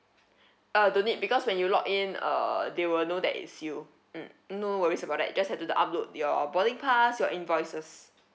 uh don't need because when you log in uh they will know that it's you mm no worries about that you just have to the upload your boarding pass your invoices